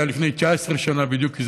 זה היה לפני 19 שנה בדיוק,